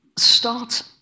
start